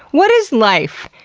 what is life!